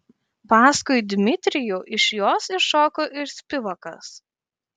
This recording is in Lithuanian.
paskui dmitrijų iš jos iššoko ir spivakas